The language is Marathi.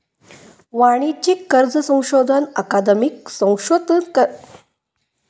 वाणिज्यिक कर्ज संशोधन अकादमिक शोधकर्त्यांच्या द्वारा आणि लेखाकारांच्या अभ्यासातून तयार होता